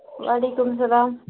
وَعلیکُم سَلام